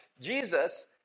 Jesus